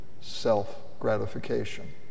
self-gratification